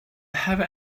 have